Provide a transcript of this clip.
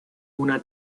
una